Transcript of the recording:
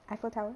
eiffel tower